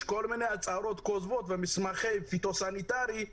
יש כל מיני הצהרות כוזבות ומסמכי פיתוח סניטרי,